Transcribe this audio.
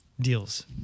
deals